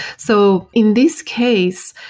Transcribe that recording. so in this case,